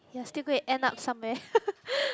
you're still going to end up somewhere